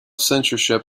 censorship